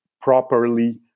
properly